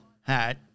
hat